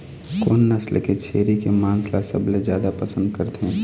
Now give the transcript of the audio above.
कोन नसल के छेरी के मांस ला सबले जादा पसंद करथे?